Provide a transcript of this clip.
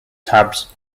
tabs